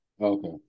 Okay